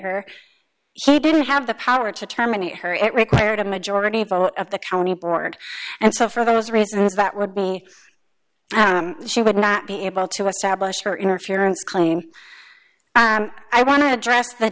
her he didn't have the power to terminate her it required a majority vote of the county board and so for those reasons that would be she would not be able to establish her interference claim i want to address the